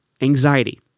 anxiety